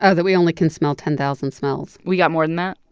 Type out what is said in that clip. ah that we only can smell ten thousand smells we got more than that?